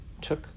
took